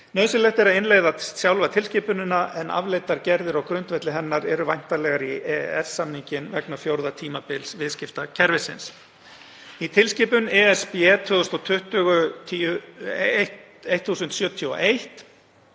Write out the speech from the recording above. Nauðsynlegt er að innleiða sjálfa tilskipunina en afleiddar gerðir á grundvelli hennar eru væntanlegar í EES-samninginn vegna fjórða tímabils viðskiptakerfisins. Í tilskipun (ESB)